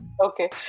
Okay